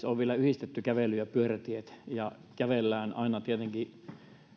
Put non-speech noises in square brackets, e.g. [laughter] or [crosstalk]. [unintelligible] on vielä yhdistetty kävely ja pyörätiet ja kävellään aina tietenkin